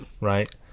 right